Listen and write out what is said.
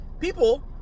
people